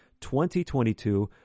2022